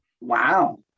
Wow